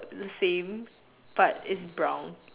the same but it's brown